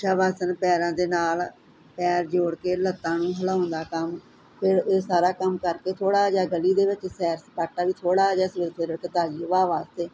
ਸ਼ਵ ਆਸਣ ਪੈਰਾਂ ਦੇ ਨਾਲ ਪੈਰ ਜੋੜ ਕੇ ਲੱਤਾਂ ਨੂੰ ਹਲਾਉਣ ਦਾ ਕੰਮ ਫੇਰ ਇਹ ਸਾਰਾ ਕੰਮ ਕਰਕੇ ਥੋੜਾ ਜਿਆ ਗਲੀ ਦੇ ਵਿੱਚ ਸੈਰ ਸਪਾਟਾ ਵੀ ਥੋੜਾ ਜਿਆ ਸਵੇਰੇ ਸਵੇਰੇ ਤਾਜ਼ੀ ਹਵਾ ਵਾਸਤੇ